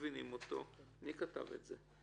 מי כתב את זה?